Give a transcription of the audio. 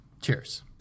cheers